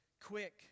quick